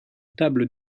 table